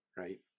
right